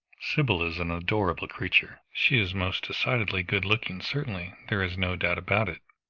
sybil is an adorable creature. she is most decidedly good-looking, certainly. there is no doubt about it.